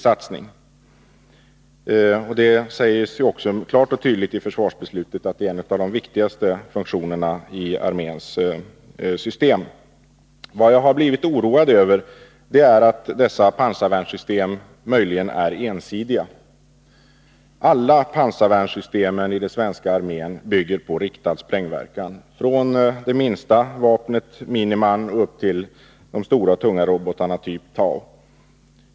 I försvarsbeslutet sägs också klart och tydligt att dessa har en av de viktigaste funktionerna i armén. Vad jag blivit oroad över är att pansarvärnssystemen möjligen kan vara ensidiga. Alla pansarvärnssystem i den svenska armén bygger på riktad sprängverkan — från det minsta vapnet, Miniman, upp till de stora, tunga robotarna av typen TOW.